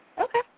Okay